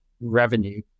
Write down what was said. revenue